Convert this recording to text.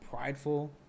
prideful